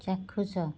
ଚାକ୍ଷୁଷ